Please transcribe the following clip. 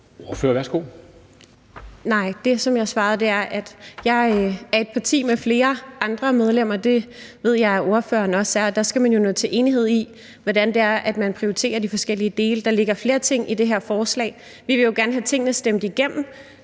Velasquez (EL): Nej, det, jeg svarede, var, at jeg er i et parti, hvor der også er andre medlemmer, og det ved jeg at ordføreren også er. Der skal man jo nå til enighed om, hvordan man prioriterer de forskellige dele. Der ligger flere ting i det her forslag. Vi vil jo gerne have tingene stemt igennem.